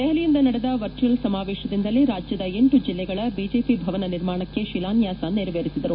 ದೆಹಲಿಯಿಂದ ನಡೆದ ವರ್ಚುವಲ್ ಸಮಾವೇತದಿಂದಲೇ ರಾಜ್ಯದ ಎಂಟು ಜಿಲ್ಲೆಗಳ ಬಿಜೆಪಿ ಭವನ ನಿರ್ಮಾಣಕ್ಕೆ ಶಿಲಾನ್ಸಾಸ ನೆರವೇರಿಸಿದರು